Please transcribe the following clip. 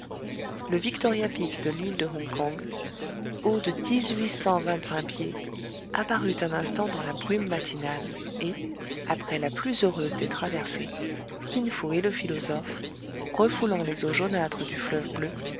le victoria peak de l'île de hongkong haut de dix-huit cent vingt-cinq pieds apparut un instant dans la brume matinale et après la plus heureuse des traversées kin fo et le philosophe refoulant les eaux jaunâtres du fleuve bleu